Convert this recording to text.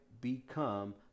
become